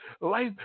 life